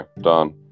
done